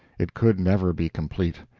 it could never be complete.